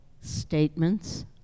statements